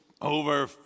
over